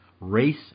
Race